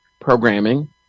programming